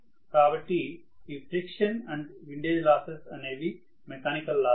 కాబట్టి ఈ friction and windage losses అనేవి మెకానికల్ లాసెస్